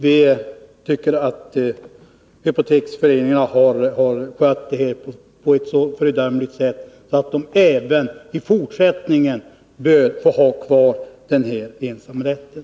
Vi tycker att hypoteksföreningarna har skött det här på ett så föredömligt sätt att de även i fortsättningen bör få ha kvar ensamrätten.